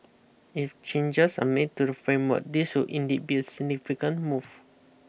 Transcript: if changes are made to the framework this would indeed be a significant move